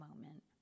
moment